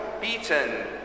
beaten